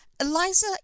eliza